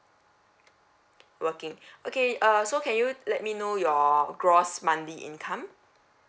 working okay uh so can you let me know your gross monthly income